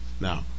now